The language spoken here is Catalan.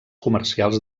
comercials